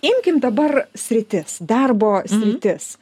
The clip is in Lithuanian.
imkim dabar sritis darbo sritis